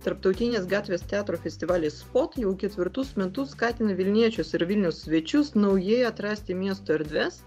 tarptautinis gatvės teatro festivalis spot jau ketvirtus metus skatina vilniečius ir vilniaus svečius naujai atrasti miesto erdves